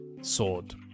Sword